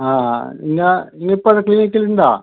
ആ നിങ്ങൾ നീ ഇപ്പം അവിടെ ക്ലിനിക്കിലുണ്ടോ